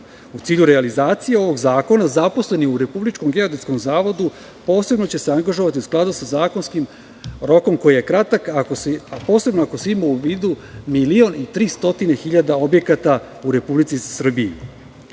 U cilju realizacije ovog zakona, zaposleni u Republičkom geodetskom zavodu posebno će se angažovati u skladu sa zakonskim rokom koji je kratak, a posebno ako se ima u vidu milion i 300.000 objekata u Republici